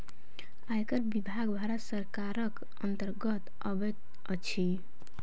आयकर विभाग भारत सरकारक अन्तर्गत अबैत अछि